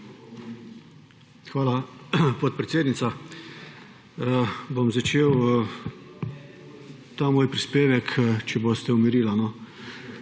Hvala podpredsednica. Bom začel ta moj prispevek, če boste umirili